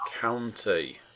County